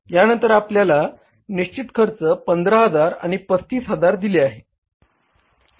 यांनतर आपल्याला निश्चित खर्च 15000 आणि 35000 दिले आहे